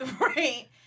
Right